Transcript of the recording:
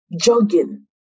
jogging